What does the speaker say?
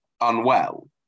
unwell